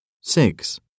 Six